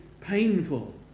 painful